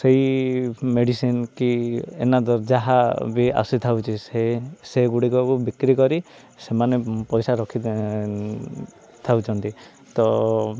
ସେଇ ମେଡ଼ିସିନ୍ କି ଆନାଦର୍ ଯାହା ବି ଆସିଥାଉଛି ସେ ସେଗୁଡ଼ିକକୁ ବିକ୍ରି କରି ସେମାନେ ପଇସା ରଖି ଥାଉଛନ୍ତି ତ